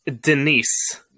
Denise